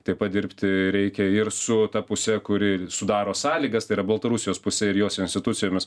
tai pat dirbti reikia ir su ta puse kuri sudaro sąlygas tai yra baltarusijos puse ir jos institucijomis